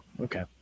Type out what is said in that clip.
Okay